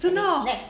真 oh